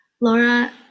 Laura